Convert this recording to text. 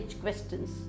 questions